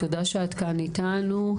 תודה שאת כאן אתנו.